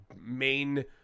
main